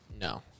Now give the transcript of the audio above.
No